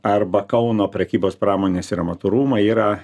arba kauno prekybos pramonės ir amatų rūmai yra